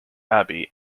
abbey